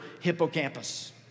hippocampus